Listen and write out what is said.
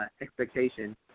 expectation